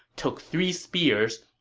took three spears,